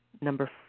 number